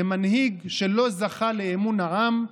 זה מנהיג שלא זכה לאמון העם,